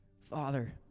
Father